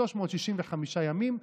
ב-365 ימים,